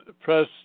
press